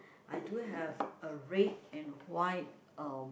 I do have a red and white um